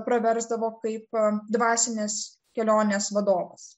praversdavo kaip dvasinis kelionės vadovas